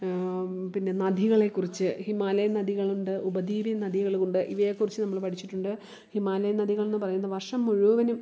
പിന്നെ നദികളെ കുറിച്ച് ഹിമാലയൻ നദികളുണ്ട് ഉപദ്വീപിയൻ നദികളുമുണ്ട് ഇവയേക്കുറിച്ച് നമ്മൾ പഠിച്ചിട്ടുണ്ട് ഹിമാലയൻ നദികളെന്നു പറയുന്ന വർഷം മുഴുവനും